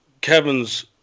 Kevin's